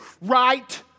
Right